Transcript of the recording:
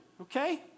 okay